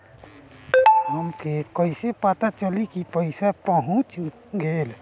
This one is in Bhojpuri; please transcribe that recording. हमके कईसे पता चली कि पैसा पहुच गेल?